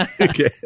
Okay